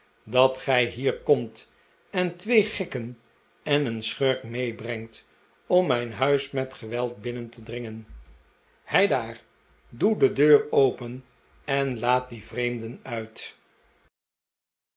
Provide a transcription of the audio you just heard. dat gij hier komt en twee gekken en een schurk meebrengt om mijn huis met geweld binnen te drinmaarten chuzzlewit gen heidaar doe de deur open en laat die vreemden uit